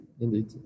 indeed